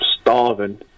starving